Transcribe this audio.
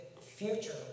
future